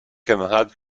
camarades